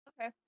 Okay